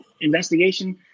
investigation